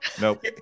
Nope